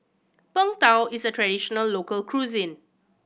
Png Tao is a traditional local cuisine